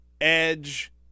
Edge